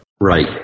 Right